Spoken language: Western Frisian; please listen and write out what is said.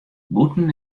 bûten